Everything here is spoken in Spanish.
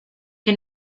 que